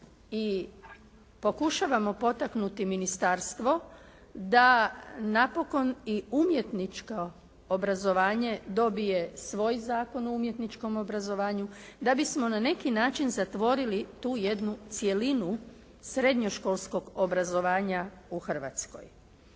i pokušavamo potaknuti ministarstvo da napokon i umjetničko obrazovanje dobije svoj zakon o umjetničkom obrazovanju, da bismo na neki način zatvorili tu jednu sredinu srednjoškolskog obrazovanja u Hrvatskoj.